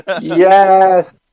Yes